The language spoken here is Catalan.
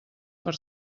per